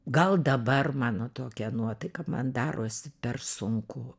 gal dabar mano tokia nuotaika man darosi per sunku